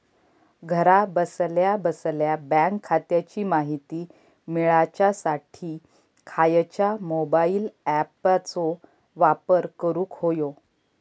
घरा बसल्या बसल्या बँक खात्याची माहिती मिळाच्यासाठी खायच्या मोबाईल ॲपाचो वापर करूक होयो?